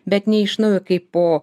bet ne iš naujo kaip po